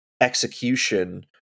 execution